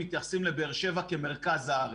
מתייחסים לבאר שבע כמרכז הארץ,